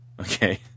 okay